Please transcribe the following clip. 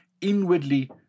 inwardly